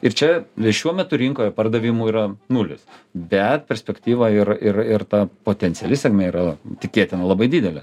ir čia ir šiuo metu rinkoje pardavimų yra nulis bet perspektyva ir ir ir ta potenciali sėkmė yra tikėtina labai didelė